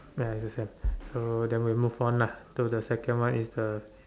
ya it's the same so then we move on lah to the second one is the